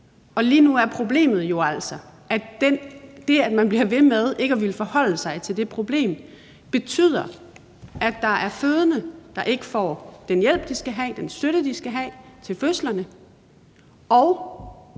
Lige nu er problemet jo altså, at det, at man bliver ved med ikke at ville forholde sig til det problem, betyder, at der er fødende, der ikke får den hjælp, de skal have, og den støtte, de skal have, til fødslerne,